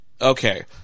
Okay